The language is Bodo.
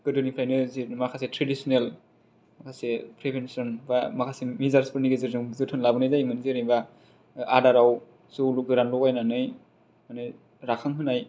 गोदोनिफ्रायनो जे माखासे ट्रेडेसिनेल माखासे प्रिभेनसन बा माखासे मिजार्स फोरनि गेजेरजों जोथोन लाबोनाय जायोमोन जेनोबा आदाराव जौ गोरान लगायनानै मानि राखां होनाय